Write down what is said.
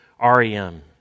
REM